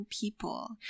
People